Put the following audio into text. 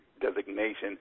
designation